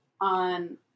on